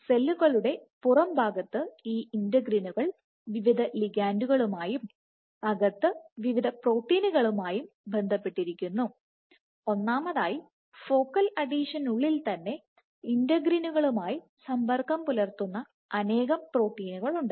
സെല്ലുകളുടെ പുറം ഭാഗത്ത് ഈ ഇന്റഗ്രിനുകൾ വിവിധ ലിഗാൻഡുകളുമായും അകത്ത് വിവിധ പ്രോട്ടീനുകളുമായും ബന്ധപ്പെട്ടിരിക്കുന്നു ഒന്നാമതായി ഫോക്കൽ അഡീഷനുള്ളിൽ തന്നെ ഇന്റഗ്രിനുകളുമായി സമ്പർക്കം പുലർത്തുന്ന അനേകം പ്രോട്ടീനുകളുണ്ട്